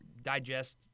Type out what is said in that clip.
digest